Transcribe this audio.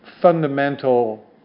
fundamental